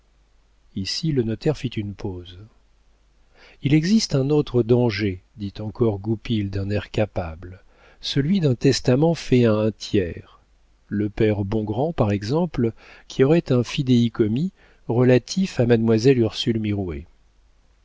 ici le notaire fit une pause il existe un autre danger dit encore goupil d'un air capable celui d'un testament fait à un tiers le père bongrand par exemple qui aurait un fidéicommis relatif à mademoiselle